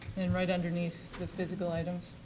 and right underneath the physical items.